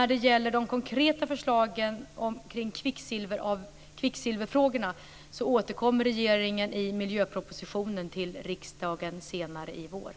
Regeringen återkommer i miljöpropositionen till riksdagen senare i vår med konkreta förslag i kvicksilverfrågorna.